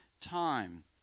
time